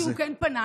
מכיוון שהוא כן פנה,